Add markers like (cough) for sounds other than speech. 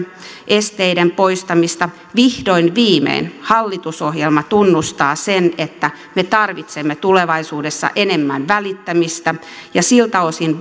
esteiden poistamista vihdoin viimein hallitusohjelma tunnustaa sen että me tarvitsemme tulevaisuudessa enemmän välittämistä ja siltä osin (unintelligible)